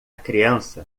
criança